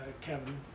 Kevin